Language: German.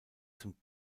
zum